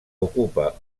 ocupa